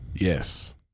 Yes